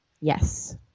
Yes